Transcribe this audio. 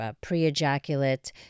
pre-ejaculate